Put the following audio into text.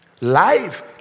Life